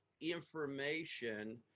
information